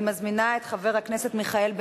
אני מזמינה את חבר הכנסת מיכאל בן-ארי,